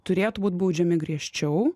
turėtų būt baudžiami griežčiau